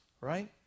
right